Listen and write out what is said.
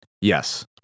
Yes